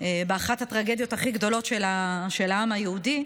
הצעת החוק הובאה לוועדה ונדונה,